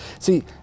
See